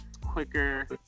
quicker